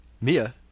Mia